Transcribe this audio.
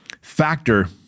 factor